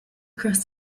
across